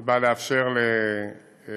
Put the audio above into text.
היא באה לאפשר לחיילים,